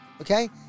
Okay